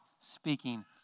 speaking